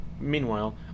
Meanwhile